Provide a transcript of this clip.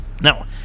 Now